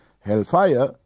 Hellfire